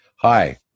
Hi